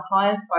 highest